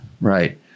Right